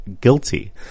guilty